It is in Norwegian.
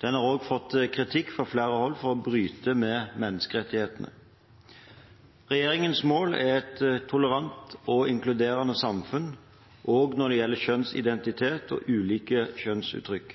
Den har også fått kritikk fra flere hold for å bryte med menneskerettighetene. Regjeringens mål er et tolerant og inkluderende samfunn – også når det gjelder kjønnsidentitet og ulike kjønnsuttrykk.